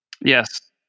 Yes